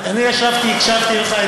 אני הקשבתי לך,